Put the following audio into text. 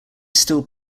still